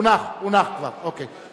הונח כבר, אוקיי.